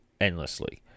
endlessly